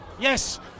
Yes